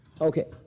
Okay